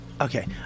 Okay